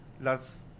las